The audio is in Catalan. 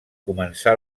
començà